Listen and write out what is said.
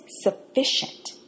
sufficient